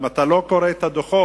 אם אתה לא קורא את הדוחות